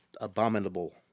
Abominable